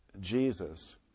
Jesus